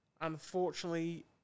unfortunately